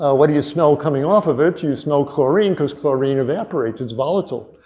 ah what do you smell coming off of it? you smell chlorine cause chlorine evaporates it's volatile.